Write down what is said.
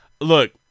Look